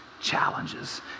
challenges